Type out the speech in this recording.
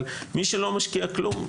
אבל מי שלא משקיע כלום,